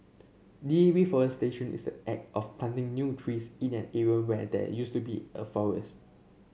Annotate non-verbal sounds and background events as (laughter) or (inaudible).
(unintelligible) reforestation is act of planting new trees in an area where there used to be a forest